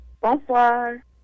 Bonsoir